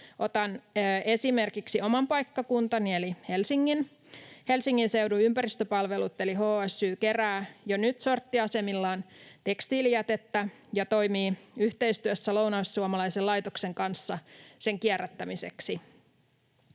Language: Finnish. Otan esimerkiksi oman paikkakuntani eli Helsingin. Helsingin seudun ympäristöpalvelut eli HSY kerää jo nyt Sortti-asemillaan tekstiilijätettä ja toimii yhteistyössä lounaissuomalaisen laitoksen kanssa sen kierrättämiseksi.